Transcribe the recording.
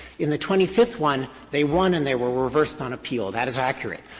in the twenty fifth one, they won and they were were reversed on appeal. that is accurate.